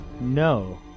no